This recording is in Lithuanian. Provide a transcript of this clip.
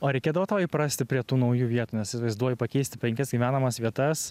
o reikėdavo tau įprasti prie tų naujų vietų nes įsivaizduoju pakeisti penkias gyvenamas vietas